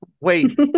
wait